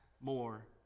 more